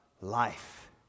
life